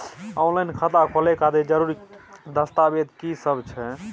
Online खाता खोले खातिर जरुरी दस्तावेज की सब छै?